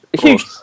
huge